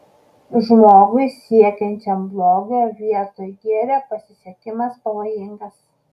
žmogui siekiančiam blogio vietoj gėrio pasisekimas pavojingas